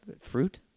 fruit